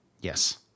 Yes